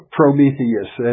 Prometheus